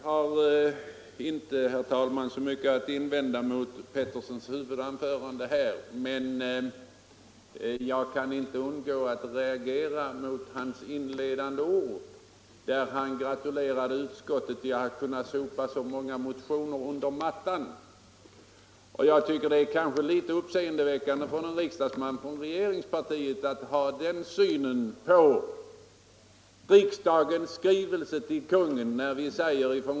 Herr talman! Jag har inte så mycket att invända mot herr Petterssons huvudanförande här, men jag kan inte undgå att reagera mot hans inledande ord. Han gratulerade utskottet till att kunna sopa så många motioner under mattan. Det är ganska uppseendeväckande att en riksdagsman från regeringspartiet har den synen på en riksdagsskrivelse till Kungl. Maj:t.